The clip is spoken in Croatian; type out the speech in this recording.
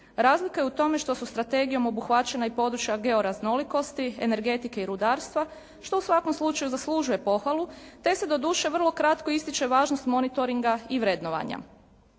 Razlika je u tome što su Strategijom obuhvaćena i područja georaznolikosti, energetike i rudarstva, što u svakom slučaju zaslužuje pohvalu, te se doduše vrlo kratko ističe važnost monitoringa i vrednovanja.